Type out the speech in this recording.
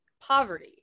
poverty